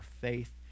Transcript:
faith